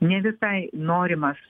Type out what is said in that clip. ne visai norimas